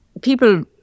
people